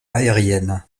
aérienne